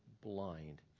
blind